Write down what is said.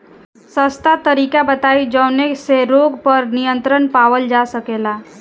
सस्ता तरीका बताई जवने से रोग पर नियंत्रण पावल जा सकेला?